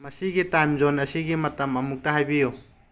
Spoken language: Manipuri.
ꯃꯁꯤꯒꯤ ꯇꯥꯏꯝ ꯖꯣꯟ ꯑꯁꯤꯒꯤ ꯃꯇꯝ ꯑꯃꯨꯛꯇ ꯍꯥꯏꯕꯤꯌꯨ